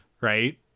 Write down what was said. right